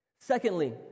Secondly